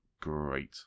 great